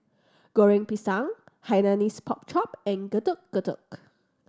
Goreng Pisang Hainanese Pork Chop and Getuk Getuk